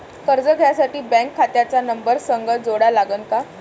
कर्ज घ्यासाठी बँक खात्याचा नंबर संग जोडा लागन का?